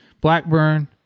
Blackburn